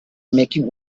making